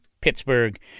Pittsburgh